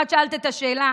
את שאלת את השאלה,